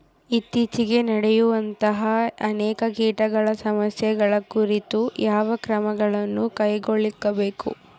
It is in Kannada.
ಇತ್ತೇಚಿಗೆ ನಡೆಯುವಂತಹ ಅನೇಕ ಕೇಟಗಳ ಸಮಸ್ಯೆಗಳ ಕುರಿತು ಯಾವ ಕ್ರಮಗಳನ್ನು ಕೈಗೊಳ್ಳಬೇಕು?